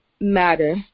matter